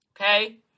Okay